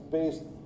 based